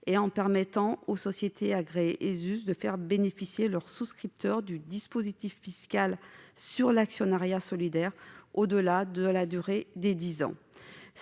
; permettre aux sociétés agréées ESUS de faire bénéficier à leurs souscripteurs du dispositif fiscal sur l'actionnariat solidaire au-delà de la durée de dix ans.